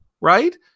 right